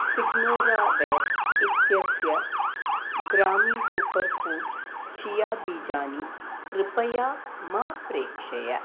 सिग्नोरावेर् इत्यस्य ग्रामी super food chia बीजानि कृपया मा प्रेक्षय